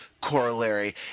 corollary